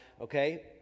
okay